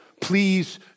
please